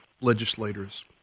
legislators